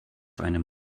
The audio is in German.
einem